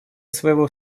своего